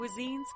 cuisines